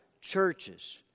churches